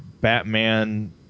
Batman